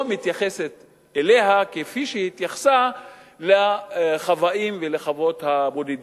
מתייחסת אליה כפי שהתייחסה לחוואים ולחוות הבודדים.